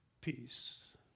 peace